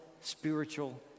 spiritual